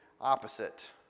opposite